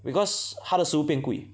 because 他的食物变贵